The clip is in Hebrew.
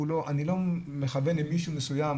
אני לא מכוון למישהו מסוים,